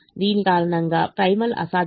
దీని కారణంగా ప్రిమాల్ అసాధ్యం